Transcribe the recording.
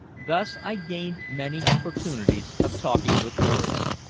thus i gained many opportunities of talking with muriel,